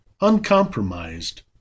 uncompromised